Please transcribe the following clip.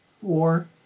Four